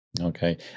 Okay